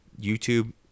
YouTube